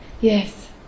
Yes